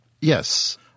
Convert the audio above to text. Yes